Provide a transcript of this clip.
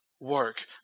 work